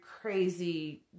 crazy